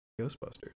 Ghostbusters